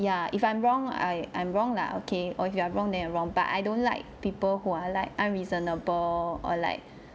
ya if I'm wrong I I'm wrong lah okay or if you are wrong then you're wrong but I don't like people who are like unreasonable or like